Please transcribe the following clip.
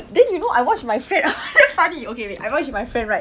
then you know I watched with my friend funny okay wait I watch with my friend right